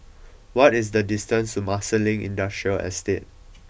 what is the distance to Marsiling Industrial Estate